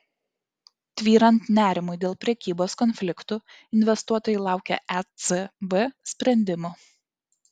tvyrant nerimui dėl prekybos konfliktų investuotojai laukia ecb sprendimų